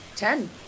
Ten